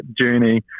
journey